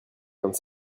comme